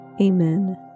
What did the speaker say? Amen